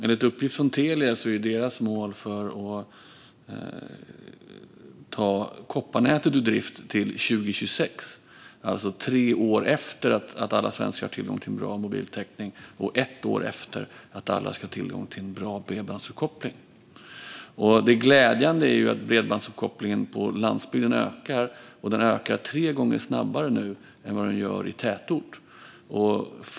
Enligt uppgift från Telia är deras mål att ta kopparnätet ur drift till 2026, alltså tre år efter att alla svenskar ska ha tillgång till en bra mobiltäckning och ett år efter att alla ska ha tillgång till en bra bredbandsuppkoppling. Det är glädjande att bredbandsuppkopplingen på landsbygden nu ökar tre gånger snabbare än i tätort.